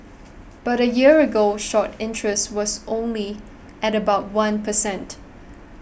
but a year ago short interest was only at about one per cent